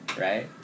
right